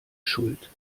schuld